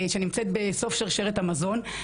שנמצאת בסוף שרשרת המזון,